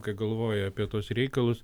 kai galvoji apie tuos reikalus